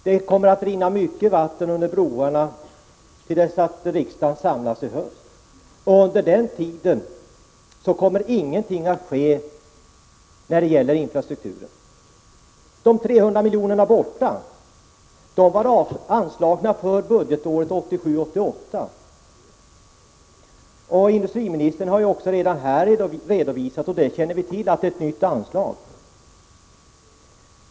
Det kommer att rinna mycket vatten under broarna till dess att riksdagen samlas i höst, och under den tiden sker ingenting när det gäller infrastrukturen. De 300 milj.kr. som är borta var avsedda för budgetåret 1987/88. Industriministern har här i dag redovisat att det är fråga om ett nytt anslag.